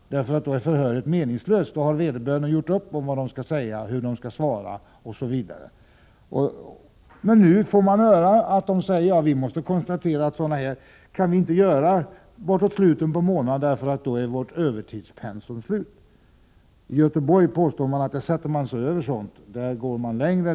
Då är ju förhöret meningslöst, eftersom vederbörande har hunnit göra upp om vad de skall säga, hur de skall svara osv. Men nu kan vi få höra polisen säga: Vi måste konstatera att vi inte kan åta oss sådana här uppdrag mot slutet av månaden, för då är vårt övertidspensum slut. Det påstås att polisen i Göteborg sätter sig över den utfärdade rekommendationen.